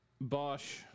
Bosch